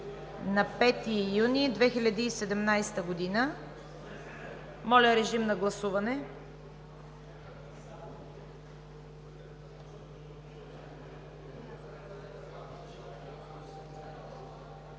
на 1 юни 2017 г. Моля, режим на гласуване.